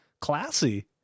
classy